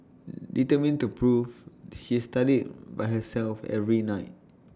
determined to improve she studied by herself every night